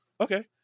Okay